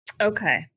Okay